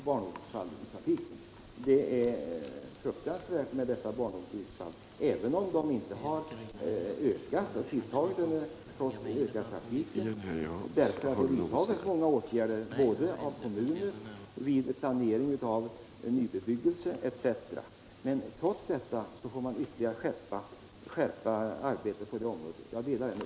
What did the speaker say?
Barnolycksfallen är fruktans 69 värda, även om de trots den tilltagande trafiken inte har ökat, eftersom det redan vidtagits många åtgärder, bl.a. av kommunerna i samband med planering av nybebyggelse. Men trots detta måste man ytterligare skärpa arbetet på detta område.